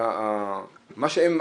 ה-3 בדצמבר 2018. חלק יודעים,